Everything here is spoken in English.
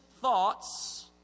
thoughts